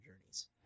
journeys